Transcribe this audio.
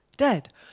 dead